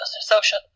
social